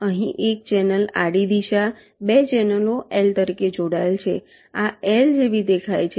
અહીં એક ચેનલ આડી દિશા 2 ચેનલો L તરીકે જોડાયેલ છે આ L જેવી દેખાય છે